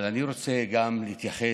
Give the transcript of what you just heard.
אבל אני רוצה להתייחס